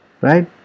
Right